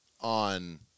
on